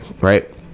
Right